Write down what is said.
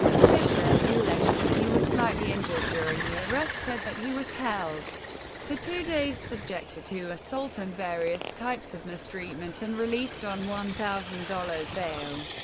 fischer, who alleged that he was slightly injured during the arrest, said that he was held for two days, subjected to assault and various types of mistreatment, and released on one thousand dollars bail.